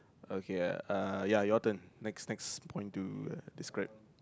okay Uh ya your turn next next point to describe